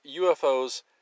UFOs